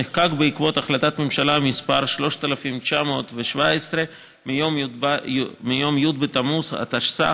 נחקק בעקבות החלטת הממשלה מס' 3917 מיום י' בתמוז התשס"ה,